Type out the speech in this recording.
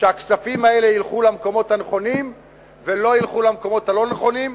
שהכספים האלה ילכו למקומות הנכונים ולא ילכו למקומות הלא-נכונים,